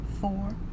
four